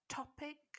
topic